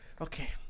okay